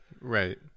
Right